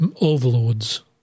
overlords